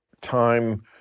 time